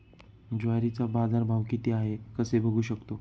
ज्वारीचा बाजारभाव किती आहे कसे बघू शकतो?